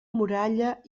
muralla